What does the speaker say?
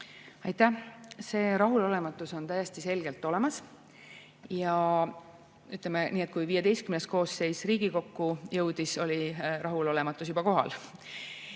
Aitäh! See rahulolematus on täiesti selgelt olemas. Ütleme nii, et kui XV koosseis Riigikokku jõudis, oli rahulolematus juba kohal.